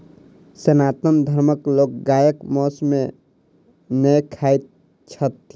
सनातन धर्मक लोक गायक मौस नै खाइत छथि